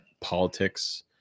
politics